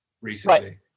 recently